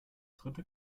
dritte